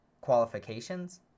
qualifications